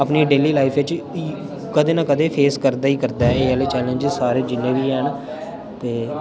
अपनी daily life च कदें ना कदें फेस करदा करदा ई करदा ऐ एह् आह्ले चैलेंज्स सारे जि'न्ने बी हैन ते